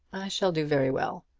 shall do very well.